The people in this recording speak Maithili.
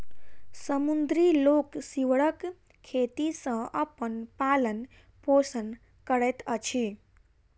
समुद्री लोक सीवरक खेती सॅ अपन पालन पोषण करैत अछि